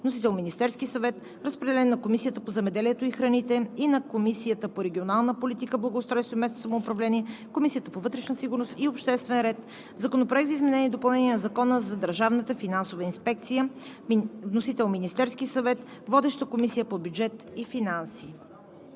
Вносител – Министерският съвет. Разпределен е на Комисията по земеделието и храните, на Комисията по регионална политика, благоустройство и местно самоуправление и на Комисията по вътрешна сигурност и обществен ред. Законопроект за изменение и допълнение на Закона за Държавната финансова инспекция. Вносител – Министерският съвет. Водеща е Комисията по бюджет и финанси.